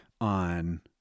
on